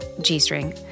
G-string